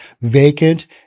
vacant